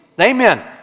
Amen